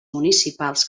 municipals